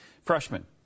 Freshman